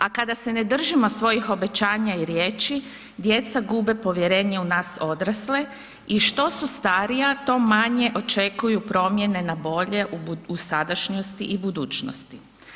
A kada se ne držimo svojih obećanja i riječi djeca gube povjerenje u nas odrasle i što su starija to manje očekuju promjene na bolje u sadašnjosti i budućnosti.